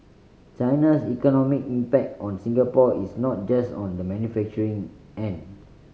China's economic impact on Singapore is not just on the manufacturing end